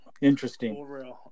interesting